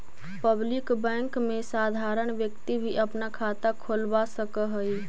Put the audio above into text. public bank में साधारण व्यक्ति भी अपना खाता खोलवा सकऽ हइ